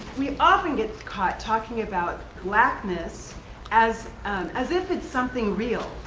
we often get caught talking about blackness as as if it's something real.